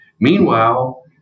Meanwhile